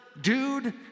dude